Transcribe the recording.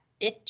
bitch